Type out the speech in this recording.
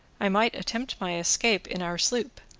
i might attempt my escape in our sloop,